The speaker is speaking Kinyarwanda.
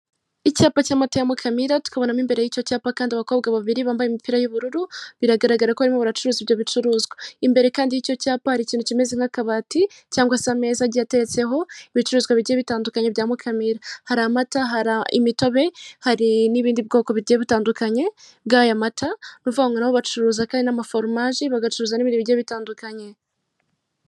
Icyapa cy'amata ya MUKAMIRA tukabonamo imbere y'icyo cyapa kandi abakobwa babiri bambaye imipira y'ubururu biragaragara ko barimo baracuruza ibyo bicuruzwa, imbere kandi y'icyo cyapa ari ikintu kimeze n'akabati cyangwa se ameza ateretseho ibicuruzwa bigiye bitandukanye bya mu MUKAMIRA, hari amata, hari imitobe hari n'ibindi bwoko bugiye butandukanye bw'aya mata nukuvuga ngo nabo bacuruza kandi n'amaforomaje bagacuruza n'ibindi bigiye bitandukanye.